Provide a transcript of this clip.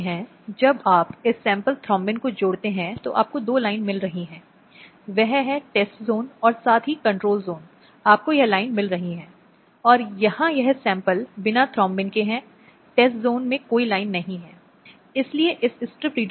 लेकिन जैसा कि सुसान ब्राउन मिलर ने कहा है कि यह महिलाएं थीं जहां पूर्ण स्वामित्व वाली सहायक थीं न कि स्वतंत्र प्राणी